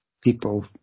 people